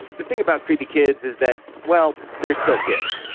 the thing about creepy kids is that well, they're still kids.